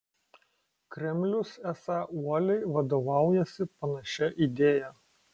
kremlius esą uoliai vadovaujasi panašia idėja